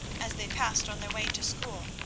as they passed on their way to school,